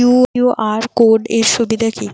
QR code এর সুবিধা কি?